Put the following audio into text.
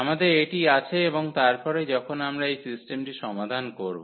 আমাদের এটি আছে এবং তারপরে যখন আমরা এই সিস্টটেমটি সমাধান করব